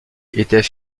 était